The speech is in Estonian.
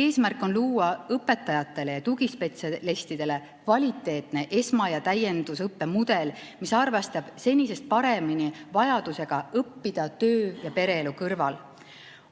Eesmärk on luua õpetajatele ja tugispetsialistidele kvaliteetne esma‑ ja täiendusõppe mudel, mis arvestab senisest paremini vajadusega õppida töö‑ ja pereelu kõrval.